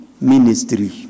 ministry